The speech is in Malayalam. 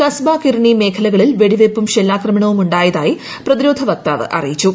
കസ്ബ കിർണി മേഖലകളിൽ വെടിവയ്പ്പും ഷെല്ലാക്രമണവുമുായതായി പ്രതിരോധ വക്താവ് അറിയിച്ചു